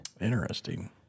Interesting